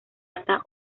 lata